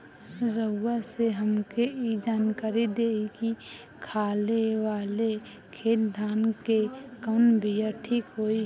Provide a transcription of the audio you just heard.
रउआ से हमके ई जानकारी देई की खाले वाले खेत धान के कवन बीया ठीक होई?